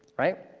right?